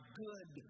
good